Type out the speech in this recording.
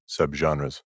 subgenres